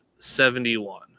71